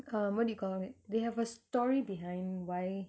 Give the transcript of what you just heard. um what do you call of it they have a story behind why